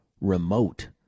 remote